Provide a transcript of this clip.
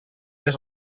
les